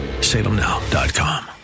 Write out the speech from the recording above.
salemnow.com